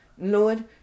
Lord